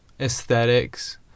aesthetics